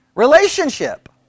Relationship